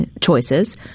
choices